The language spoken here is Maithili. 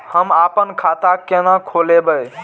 हम आपन खाता केना खोलेबे?